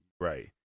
right